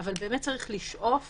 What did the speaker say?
אבל צריך לשאוף